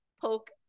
poke